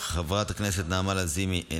חברת הכנסת נעמה לזימי,